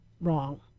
wrong